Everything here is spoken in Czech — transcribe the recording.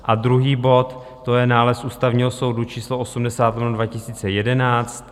A druhý bod, to je nález Ústavního soudu č. 80/2011.